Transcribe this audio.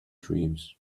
dreams